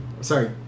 Sorry